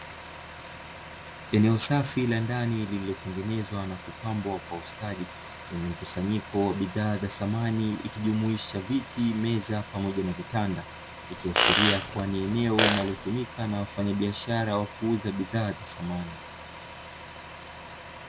Eneo safi la ndani lililotengenezwa na kupambwa kwa ustadi, lenye mkusanyiko wa bidhaa za samani. Likijumuisha: viti, meza pamoja na vitanda. Likiashiria kuwa ni eneo linalotumika na wafanyabiashara wa kuuza bidhaa za samani.